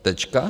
Tečka.